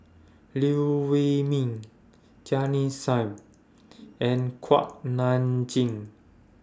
Liew Wee Mee Jamit Singh and Kuak Nam Jin